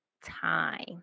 time